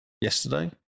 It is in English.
yesterday